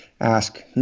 ask